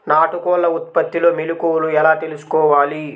నాటుకోళ్ల ఉత్పత్తిలో మెలుకువలు ఎలా తెలుసుకోవాలి?